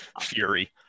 fury